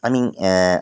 আমি